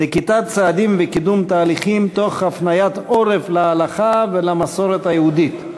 נקיטת צעדים וקידום תהליכים תוך הפניית עורף להלכה ולמסורת היהודית.